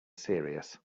serious